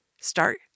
start